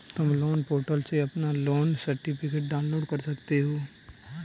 तुम loan portal से अपना लोन सर्टिफिकेट डाउनलोड कर सकते हो